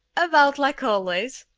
about like always.